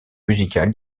musicales